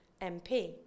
MP